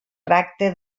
tracte